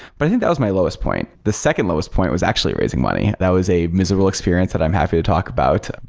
but i think that my lowest point. the second lowest point was actually raising money. that was a miserable experience that i'm happy to talk about.